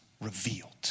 revealed